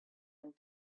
and